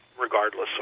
regardless